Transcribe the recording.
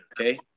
okay